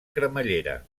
cremallera